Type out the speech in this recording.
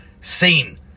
seen